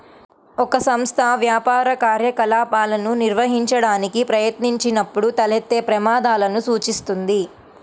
ఒక సంస్థ వ్యాపార కార్యకలాపాలను నిర్వహించడానికి ప్రయత్నించినప్పుడు తలెత్తే ప్రమాదాలను సూచిస్తుంది